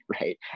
right